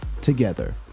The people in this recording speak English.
together